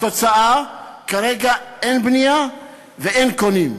התוצאה, כרגע אין בנייה ואין קונים.